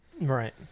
Right